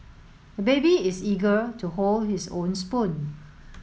the baby is eager to hold his own spoon